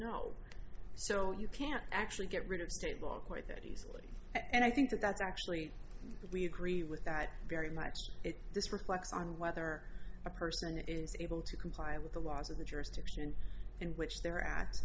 know so you can't actually get rid of state law quite that easily and i think that that's actually what we agree with that very much this reflects on whether a person is able to comply with the laws of the jurisdiction in which they're a